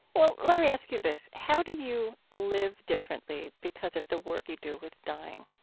well, let me ask you this, how do you live differently because of the work you do with dying?